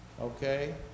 Okay